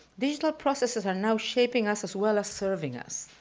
digital processes are now shaping us as well as serving us.